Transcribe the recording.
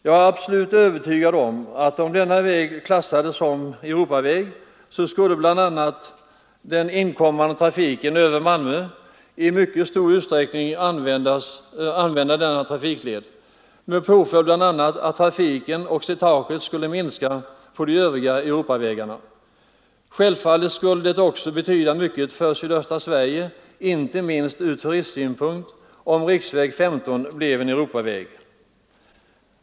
Jag är absolut övertygad om att om denna väg klassades som Europaväg, så skulle t.ex. den inkommande trafiken över Malmö i mycket stor utsträckning använda denna trafikled med påföljd bl.a. att trafiken och slitaget skulle minska på de övriga Europavägarna. Självfallet skulle det också betyda mycket för sydöstra Sverige, inte minst från turistsynpunkt, om riksväg 15 blev Europaväg.